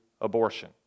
abortion